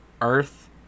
Earth